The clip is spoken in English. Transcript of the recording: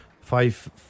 Five